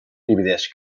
divideix